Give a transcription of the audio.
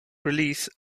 release